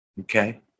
okay